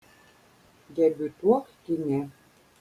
debiutuok kine